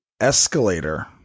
escalator